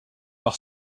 par